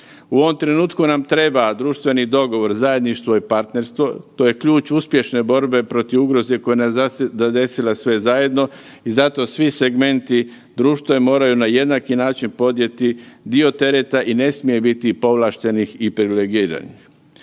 U ovom trenutku nam treba društveni dogovor, zajedništvo i partnerstvo, to je ključ uspješne borbe protiv ugroze koja nas je zadesila sve zajedno i zato svi segmenti društva moraju na jednaki način podnijeti dio tereta i ne smije biti povlaštenih i privilegiranih.